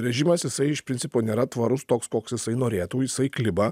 režimas jisai iš principo nėra tvarus toks koks jisai norėtų jisai kliba